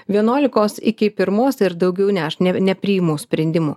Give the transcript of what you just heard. vienuolikos iki pirmos ir daugiau ne aš nepriimu sprendimų